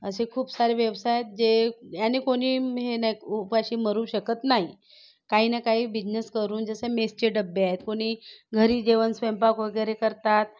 असे खूप सारे व्यवसाय आहेत जे आणि कोणी मेहनत उपाशी मरू शकत नाही काही ना काही बिझनेस करून जसे मेसचे डब्बे आहेत कोणी घरी जेवण स्वयंपाक वगैरे करतात